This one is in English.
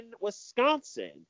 Wisconsin